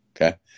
Okay